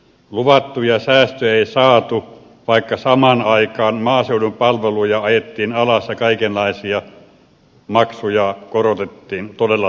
luvattuja säästöjä ei saatu vaikka samaan aikaan maaseudun palveluja ajettiin alas ja kaikenlaisia maksuja korotettiin todella reippaasti